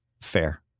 Fair